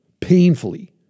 painfully